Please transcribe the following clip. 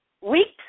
Weeks